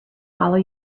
follow